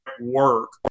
work